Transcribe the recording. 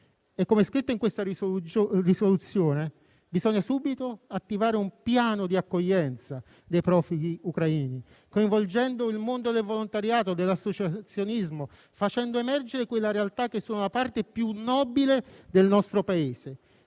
Com'è scritto nella proposta di risoluzione, bisogna subito attivare un piano di accoglienza dei profughi ucraini coinvolgendo il mondo del volontariato e dell'associazionismo, facendo emergere quelle realtà che sono la parte più nobile del nostro Paese.